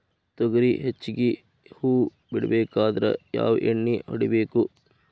ತೊಗರಿ ಹೆಚ್ಚಿಗಿ ಹೂವ ಬಿಡಬೇಕಾದ್ರ ಯಾವ ಎಣ್ಣಿ ಹೊಡಿಬೇಕು?